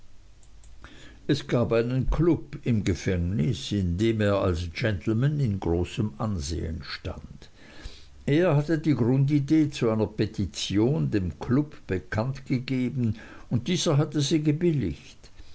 es gab einen klub im gefängnis in dem er als gentleman in großem ansehen stand er hatte die grundidee zu seiner petition dem klub bekannt gegeben und dieser hatte sie gebilligt